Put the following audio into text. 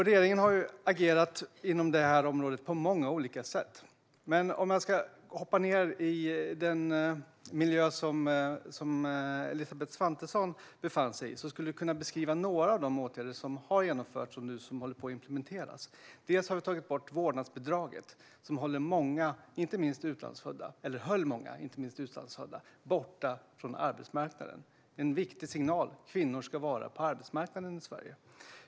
Regeringen har agerat inom detta område på många olika sätt, men för att hoppa ned i den miljö där Elisabeth Svantesson befann sig skulle jag kunna beskriva några av de åtgärder som har genomförts och nu håller på att implementeras. Vi har tagit bort vårdnadsbidraget, som höll många - inte minst utlandsfödda - borta från arbetsmarknaden. Det är en viktig signal: Kvinnor ska vara på arbetsmarknaden i Sverige.